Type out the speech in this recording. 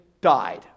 died